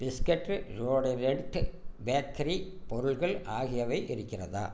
biscuit deodorant bakery பொருள்கள் ஆகியவை இருக்கிறதா